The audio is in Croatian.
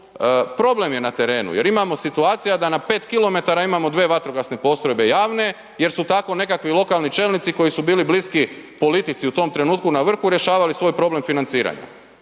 problem je na terenu jer imamo situacija da na 5 km imamo 2 vatrogasne postrojbe javne jer su tako nekakvi lokalni čelnici koji su bili bliski politici u tom trenutku na vrhu rješavali svoj problem financiranja.